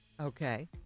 Okay